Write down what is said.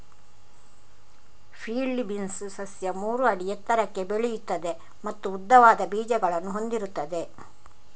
field beans ಸಸ್ಯ ಮೂರು ಅಡಿ ಎತ್ತರಕ್ಕೆ ಬೆಳೆಯುತ್ತದೆ ಮತ್ತು ಉದ್ದವಾದ ಬೀಜಗಳನ್ನು ಹೊಂದಿರುತ್ತದೆ